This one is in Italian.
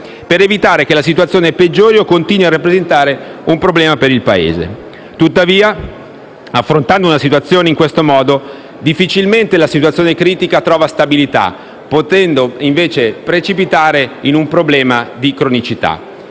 per evitare che la situazione peggiori o continui a rappresentare un problema per il Paese. Tuttavia, affrontando una situazione in questo modo, difficilmente una situazione critica trova stabilità, potendo probabilmente degenerare in cronicità.